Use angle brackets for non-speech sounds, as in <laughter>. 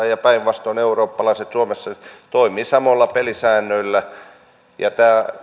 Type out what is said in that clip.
<unintelligible> ja päinvastoin eurooppalaiset suomessa toimivat samoilla pelisäännöillä